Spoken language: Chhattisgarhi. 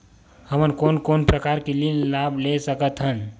हमन कोन कोन प्रकार के ऋण लाभ ले सकत हन?